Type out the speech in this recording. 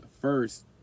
first